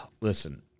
Listen